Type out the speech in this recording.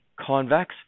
convex